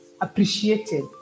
appreciated